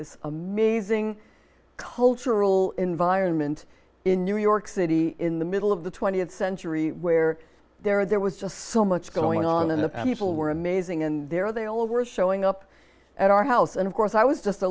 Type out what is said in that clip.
this amazing cultural environment in new york city in the middle of the twentieth century where there was just so much going on and people were amazing and there they all over showing up at our house and of course i was just a